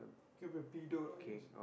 he could be a pedo lah I guess